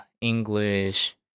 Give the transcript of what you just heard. English